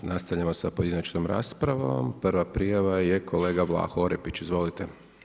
Nastavljamo sa pojedinačnom raspravom, prva prijava je kolega Vlaho Orepić, izvolite.